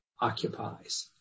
occupies